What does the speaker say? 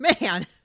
man